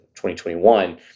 2021